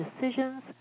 decisions